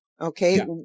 Okay